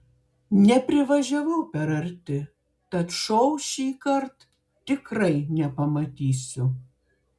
neprivažiavau per arti tad šou šįkart tikrai nepamatysiu